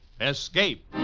Escape